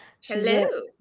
Hello